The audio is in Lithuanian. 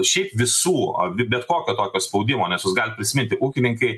šiaip visų bet kokio tokio spaudimo nes jūs galit prisimnti ūkininkai